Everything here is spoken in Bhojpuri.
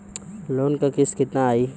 लोन क किस्त कितना आई?